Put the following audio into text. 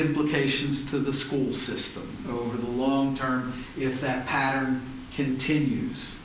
implications to the school system over the long term if that pattern continues